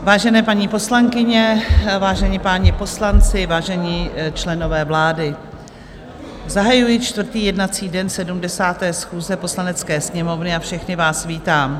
Vážené paní poslankyně, vážení páni poslanci, vážení členové vlády, zahajuji čtvrtý jednací den 70. schůze Poslanecké sněmovny a všechny vás vítám.